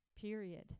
Period